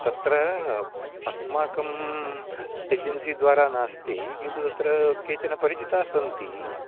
तत्र अस्माकम् एजन्सि द्वारा नास्ति किन्तु तत्र केचन परिचितास्सन्ति